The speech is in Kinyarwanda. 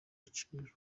agaciro